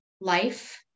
life